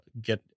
get